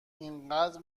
اینقدر